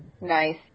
Nice